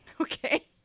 Okay